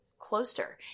closer